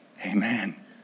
Amen